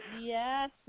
Yes